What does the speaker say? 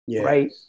right